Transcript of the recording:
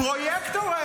פרויקטור,